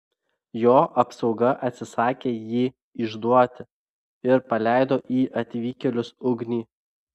jo apsauga atsisakė jį išduoti ir paleido į atvykėlius ugnį